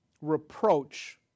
reproach